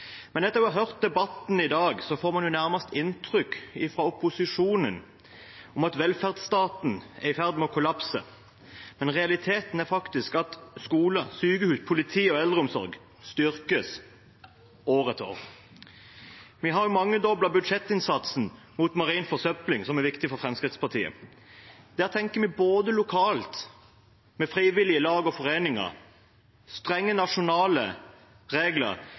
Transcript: men realiteten er faktisk at skole, sykehus, politi og eldreomsorg styrkes år etter år. Vi har mangedoblet budsjettinnsatsen mot marin forsøpling, som er viktig for Fremskrittspartiet. Der tenker vi lokalt, med frivillige lag og foreninger og strenge nasjonale regler,